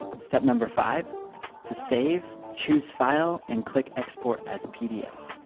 step number five to save, choose file and click export as pdf.